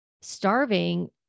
starving